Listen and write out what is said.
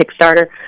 Kickstarter